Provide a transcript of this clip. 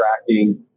tracking